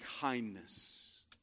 kindness